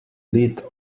lit